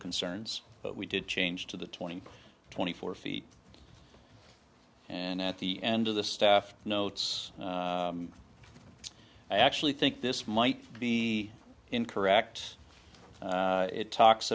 concerns but we did change to the twenty twenty four feet and at the end of the staff notes i actually think this might be incorrect it talks